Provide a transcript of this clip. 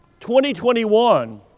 2021